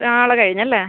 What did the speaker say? നാളെ കഴിഞ്ഞല്ലേ